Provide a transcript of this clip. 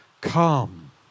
come